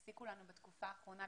הפסיקו לנו בתקופה האחרונה,